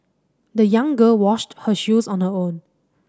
the young girl washed her shoes on her own